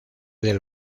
del